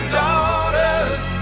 daughters